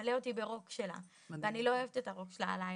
תמלא אותי ברוק שלה ואני לא אוהבת את הרוק שלה עליי,